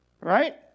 Right